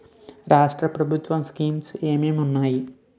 రాష్ట్రం ప్రభుత్వ స్కీమ్స్ ఎం ఎం ఉన్నాయి?